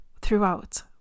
throughout